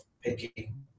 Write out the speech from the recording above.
picking